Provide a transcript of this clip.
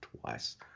twice